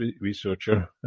researcher